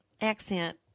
accent